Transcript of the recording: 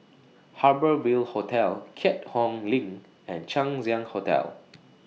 Harbour Ville Hotel Keat Hong LINK and Chang Ziang Hotel